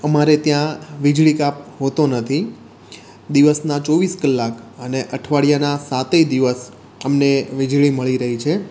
અમારે ત્યાં વીજળી કાપ હોતો નથી દિવસના ચોવીસ કલાક અને અઠવાડિયાના સાતેય દિવસ અમને વીજળી મળી રહી છે